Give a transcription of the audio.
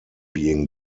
being